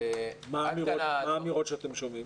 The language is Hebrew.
מה האמירות שאתם שומעים?